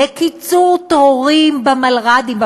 לקיצור תורים במלר"דים,